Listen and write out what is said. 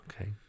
Okay